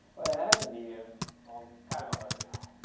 what happened to you? well, i'm kind of a hugger now.